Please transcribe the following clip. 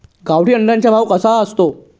गावठी अंड्याचा भाव कसा असतो?